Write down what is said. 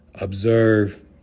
observe